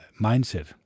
mindset